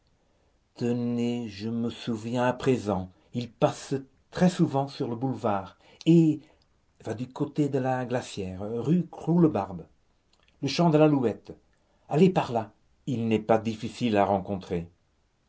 tenez je me souviens à présent il passe très souvent sur le boulevard et va du côté de la glacière rue croulebarbe le champ de l'alouette allez par là il n'est pas difficile à rencontrer